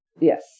Yes